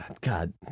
God